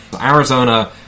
Arizona